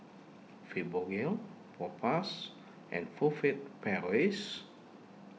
Fibogel Propass and Furfere Paris